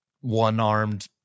one-armed